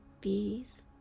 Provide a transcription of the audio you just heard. peace